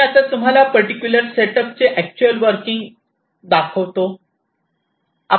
मी आता तुम्हाला particular set up चे अॅक्च्युअल वर्किंग येतो